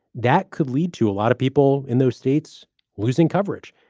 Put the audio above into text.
that could lead to a lot of people in those states losing coverage.